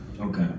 Okay